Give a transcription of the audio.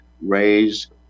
Raise